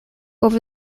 over